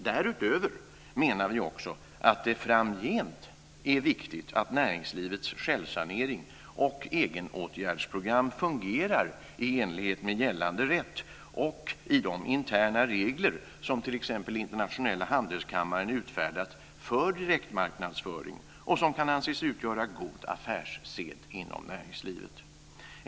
Därutöver menar vi också att det framgent är viktigt att näringslivets självsanering och egenåtgärdsprogram fungerar i enlighet med gällande rätt och de interna regler som t.ex. internationella handelskammaren har utfärdat för direktmarknadsföring och som kan anses utgöra en god affärssed inom näringslivet.